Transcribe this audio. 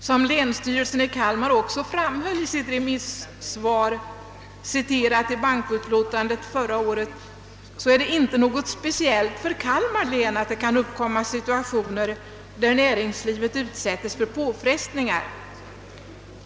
Som länsstyrelsen i Kalmar län också framhöll i sitt remissvar, citerat i bankoutskottets utlåtande förra året, är det inte något speciellt för Kalmar län att det kan uppkomma situationer där näringslivet utsättes för påfrestningar.